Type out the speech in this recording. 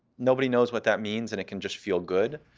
nobody knows what that means, and it can just feel good.